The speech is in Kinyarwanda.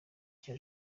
cya